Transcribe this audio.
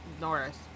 Norris